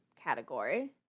category